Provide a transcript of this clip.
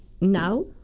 now